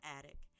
Attic